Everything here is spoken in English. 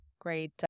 great